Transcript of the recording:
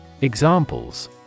Examples